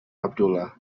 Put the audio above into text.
abdullah